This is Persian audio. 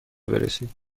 برسید